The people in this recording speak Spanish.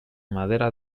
madera